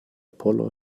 poller